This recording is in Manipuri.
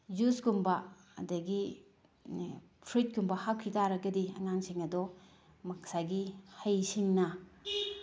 ꯖꯨꯁ ꯀꯨꯝꯕ ꯑꯗꯒꯤ ꯐ꯭ꯔꯨꯏꯠ ꯀꯨꯝꯕ ꯍꯥꯞꯈꯤ ꯇꯥꯔꯒꯗꯤ ꯑꯉꯥꯡꯁꯤꯡ ꯑꯗꯣ ꯉꯁꯥꯏꯒꯤ ꯍꯩꯁꯤꯡꯅ